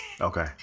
Okay